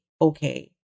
okay